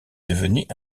devenue